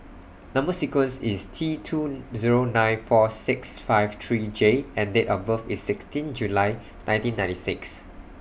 Number sequence IS T two Zero nine four six five three J and Date of birth IS sixteen July nineteen ninety six